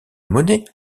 monnaie